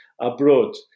abroad